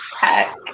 Tech